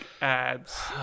ads